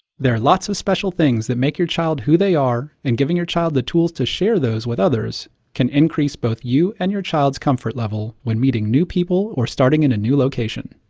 there are lots of special things that make your child who they are, and giving your child the tools to share those with others can increase both you and your child's comfort level when meeting new people or starting in a new location.